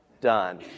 done